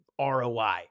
roi